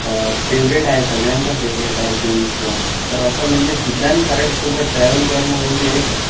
favourite आहे सगळ्यांचा favourite आहे जेम्स बाँड तर असं म्हणजे सिद्धांत खराटेसोबत ट्रॅव्हल करणं म्हणजे एक